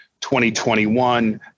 2021